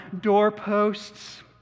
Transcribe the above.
doorposts